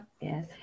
Yes